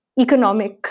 economic